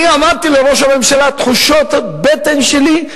אני אמרתי לראש הממשלה: תחושות הבטן שלי,